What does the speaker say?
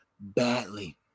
badly